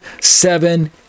seven